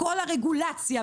כל הרגולציה,